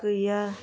गैया